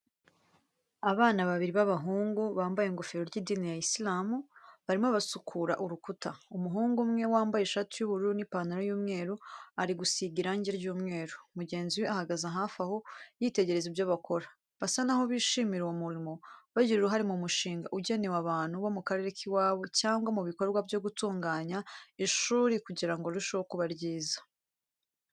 Abana babiri b'abahungu, bambaye ingofero ry'idini ya Isilamu, barimo basukura urukuta. Umuhungu umwe wambaye ishati y'ubururu n'ipantaro y'umweru, ari gusiga irangi ry'umweru. Mugenzi we ahagaze hafi aho, yitegereza ibyo bakora. Basa n'aho bishimira uwo murimo, bagira uruhare mu mushinga ugenewe abantu bo mu karere k'iwabo cyangwa mu bikorwa byo gutunganya ishuri kugira ngo rirusheho kuba ryiza.